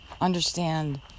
understand